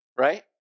right